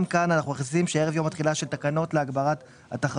גם כאן אנחנו מכניסים שערב יום התחילה של תקנות להגברת התחרות.